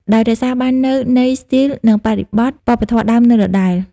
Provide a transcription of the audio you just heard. ដោយរក្សាបាននូវន័យ ស្ទីល និងបរិបទវប្បធម៌ដើមនៅដដែល។